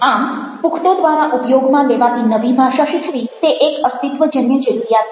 આમ પુખ્તો દ્વારા ઉપયોગમાં લેવાતી નવી ભાષા શીખવી તે એક અસ્તિત્વજન્ય જરૂરિયાત છે